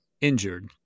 injured